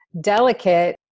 delicate